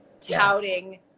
touting